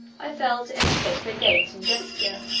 i fell to imitate their gait and gesture,